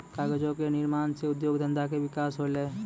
कागजो क निर्माण सँ उद्योग धंधा के विकास होलय